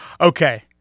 Okay